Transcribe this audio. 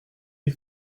des